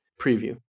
preview